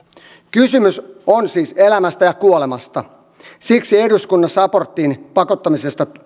kysymys on siis elämästä ja kuolemasta siksi eduskunnassa aborttiin pakottamisesta